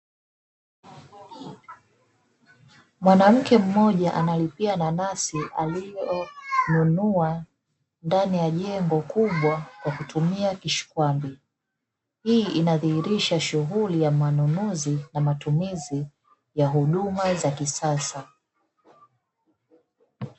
Mwanamke mmjoa analipia nanasi alilo nunua ndani ya jengo kubwa kwakutumia kishikwambi, hii inadhihirisha shughuli ya manunuzi na matumizi ya huduma za kisasa.